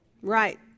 Right